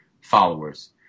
followers